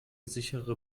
sichere